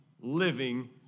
living